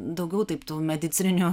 daugiau taip tų medicininių